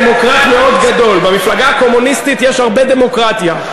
במפלגה הקומוניסטית יש הרבה דמוקרטיה.